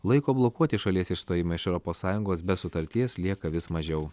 laiko blokuoti šalies išstojimą iš europos sąjungos be sutarties lieka vis mažiau